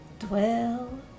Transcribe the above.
Dwell